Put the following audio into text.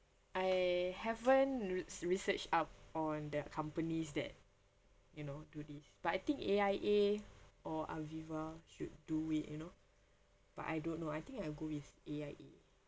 I haven't re~ research up on their companies that you know do this but I think A_I_A or Aviva should do it you know but I don't know I think I'll go with A_I_A